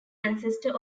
ancestor